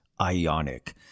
ionic